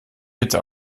bitte